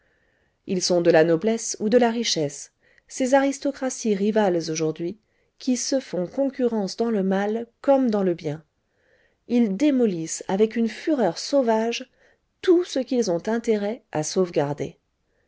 ils sont de la noblesse ou de la richesse ces aristocraties rivales aujourd'hui qui se fout concurrence dans le mal comme dans le bien ils démolissent avec une fureur sauvage tout ce qu'ils ont intérêt à sauvegarder